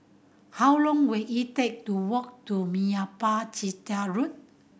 how long will it take to walk to Meyappa Chettiar Road